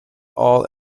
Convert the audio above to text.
all